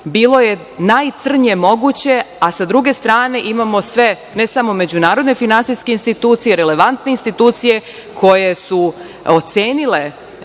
bilo je najcrnje moguće, a sa druge strane imamo sve, ne samo međunarodne finansijske institucije, relevantne institucije koje su ocenile